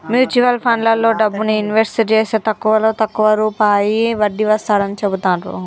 mutual ఫండ్లలో డబ్బుని invest జేస్తే తక్కువలో తక్కువ రూపాయి వడ్డీ వస్తాడని చెబుతాండ్రు